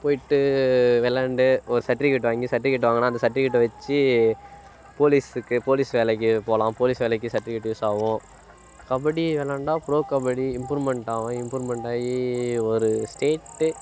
போய்ட்டு விளாண்டு ஒரு சர்டிரிவிகேட் வாங்கி சர்டிவிகேட் வாங்கினா அந்த சர்டிவிகேட்டை வெச்சு போலீஸுக்கு போலீஸ் வேலைக்கு போகலாம் போலீஸ் வேலைக்கு சர்டிவிகேட் யூஸ் ஆகும் கபடி விளாண்டா ப்ரோ கபடி இம்ப்ரூவ்மெண்ட் ஆகும் இம்ப்ரூவ்மெண்ட் ஆகி ஒரு ஸ்டேட்டு